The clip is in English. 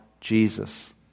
Jesus